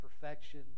perfection